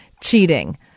cheating